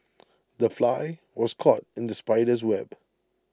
the fly was caught in the spider's web